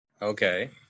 okay